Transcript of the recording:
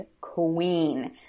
queen